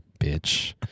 bitch